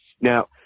Now